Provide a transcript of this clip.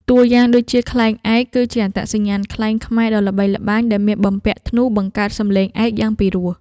តួយ៉ាងដូចជា ខ្លែងឯក គឺជាអត្តសញ្ញាណខ្លែងខ្មែរដ៏ល្បីល្បាញ ដែលមានបំពាក់ធ្នូបង្កើតសំឡេង ឯក យ៉ាងពីរោះ។